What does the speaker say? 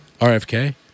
RFK